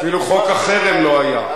אפילו חוק החרם לא היה,